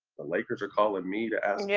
the lakers are calling me to ask? yeah